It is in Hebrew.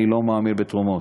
אני לא מאמין בתרומות,